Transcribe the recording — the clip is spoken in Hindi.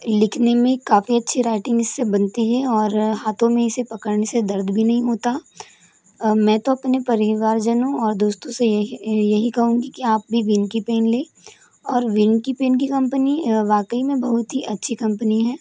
लिखने में काफ़ी अच्छी राइटिंग इस से बनती है और हाथों में इसे पकड़ने से दर्द भी नहीं होता मैं तो अपने परिवार जनों और दोस्तों से यही यही कहूंगी कि आप भी विन की पेन लें और विन के पेन की कंपनी वाकई में बहुत ही अच्छी कंपनी है